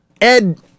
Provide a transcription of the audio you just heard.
Ed